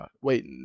wait